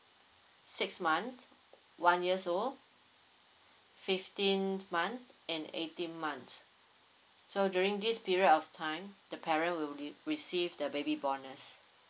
six month one years old fifteenth month and eighteen month so during this period of time the parent will re~ receive the baby bonus